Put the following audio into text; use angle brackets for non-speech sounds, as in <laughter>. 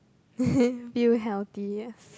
<noise> feel healthier